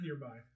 Nearby